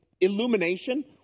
illumination